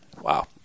Wow